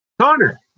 connor